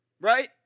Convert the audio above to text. Right